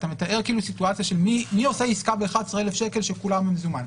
אתה מתאר כאילו סיטואציה של: מי עושה עסקה ב-11,000 שכולה במזומן.